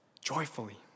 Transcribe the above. joyfully